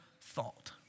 thought